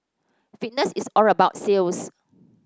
fitness is all about sales